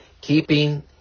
keeping